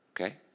okay